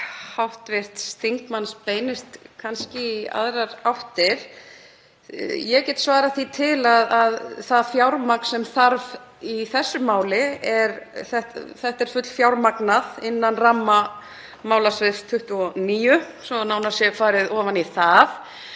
hv. þingmanns beinist kannski í aðrar áttir. Ég get svarað því til að það fjármagn sem þarf í þessu máli — þetta er fullfjármagnað innan ramma málasviðs 29, svo að nánar sé farið ofan í það.